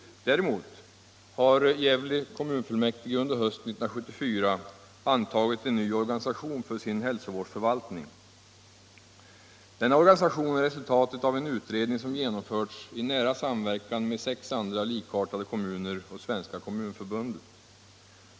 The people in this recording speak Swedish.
Däremot har Gävle kommunfullmäktige under hösten 1974 antagit en ny organisation för sin hälsovårdsförvaltning. Denna organisation är resultatet av en utredning som genomförts i nära samverkan med sex liknande kommuner och Svenska kommunförbundet.